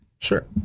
Sure